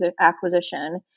acquisition